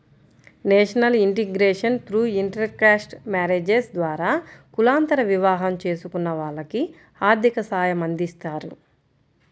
national integration through intercaste marriages ద్వారా కులాంతర వివాహం చేసుకున్న వాళ్లకి ఆర్థిక సాయమందిస్తారు